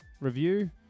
review